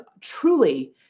truly